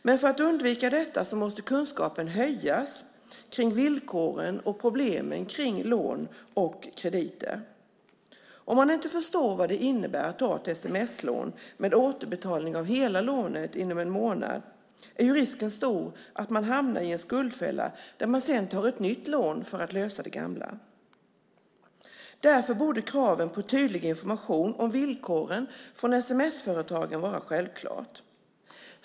Men för att undvika detta måste kunskapen öka om villkoren för och problemen med lån och krediter. Om man inte förstår vad det innebär att ta ett sms-lån med återbetalning av hela lånet inom en månad är risken stor att man hamnar i en skuldfälla där man sedan tar ett nytt lån för att lösa det gamla. Därför borde kraven på tydlig information om villkoren från sms-företagen vara självklara.